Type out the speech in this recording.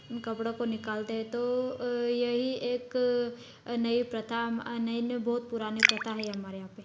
उन कपड़ों को निकालते हैं तो यही एक नई प्रथा नई नहीं बहुत पुरानी प्रथा है हमारे यहाँ पर